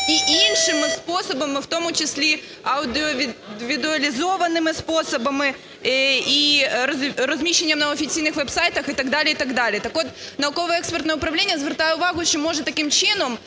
і іншими способами, в тому числі аудиовідеолізованими способами, і розміщенням на офіційних веб-сайтах і так далі, і так далі. Так от, науково-експертне управління звертає увагу, що може таким чином